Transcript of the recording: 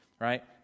right